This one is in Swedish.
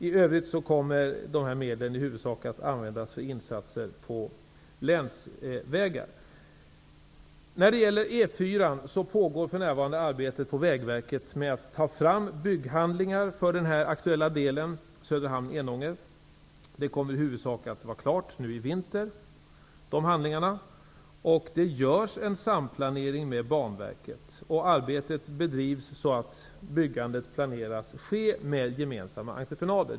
I övrigt kommer medlen i huvudsak att användas för insatser på länsvägar. När det gäller projektet E 4:an pågår för närvarande arbetet på Vägverket med att ta fram bygghandlingar för den aktuella delen, Söderhamn--Enånger. Arbetet kommer i huvudsak att vara klart i vinter. Det görs en samplanering med Banverket. Byggandet planeras ske med gemensamma entreprenörer.